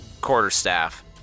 quarterstaff